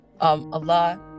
Allah